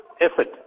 effort